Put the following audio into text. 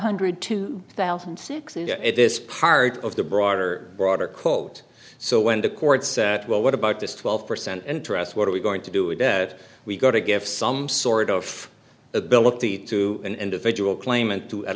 hundred two thousand and six in this part of the broader broader quote so when the court said well what about this twelve percent interest what are we going to do it that we go to give some sort of ability to an individual claimant to at